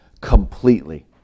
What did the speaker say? completely